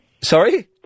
Sorry